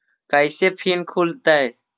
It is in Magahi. कैसे फिन खुल तय?